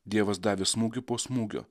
dievas davė smūgį po smūgio